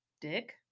Dick